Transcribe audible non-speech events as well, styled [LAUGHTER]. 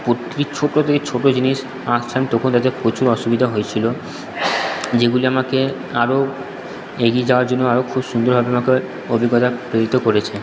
[UNINTELLIGIBLE] ছোটো [UNINTELLIGIBLE] ছোটো জিনিষ [UNINTELLIGIBLE] তখন [UNINTELLIGIBLE] প্রচুর অসুবিধা হয়েছিলো যেগুলি আমাকে আরও এগিয়ে যাওয়ার জন্য আরও খুব সুন্দরভাবে আমাকে অভিজ্ঞতা [UNINTELLIGIBLE] করেছে